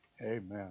Amen